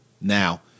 now